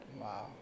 Wow